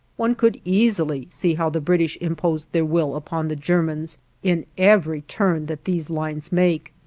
one could easily see how the british imposed their will upon the germans in every turn that these lines make.